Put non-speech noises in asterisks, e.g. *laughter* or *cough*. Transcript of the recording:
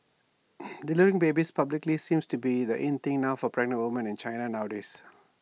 *noise* delivering babies publicly seems to be the in thing now for pregnant women in China nowadays